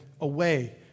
away